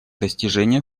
достижение